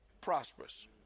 prosperous